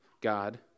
God